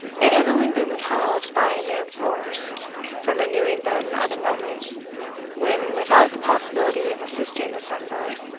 and had only been withheld by main force from renewing them at a moment when, without the possibility of assisting the sufferer,